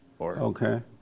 Okay